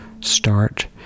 start